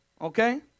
Okay